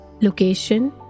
location